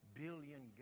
billion